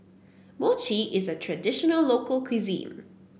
mochi is a traditional local cuisine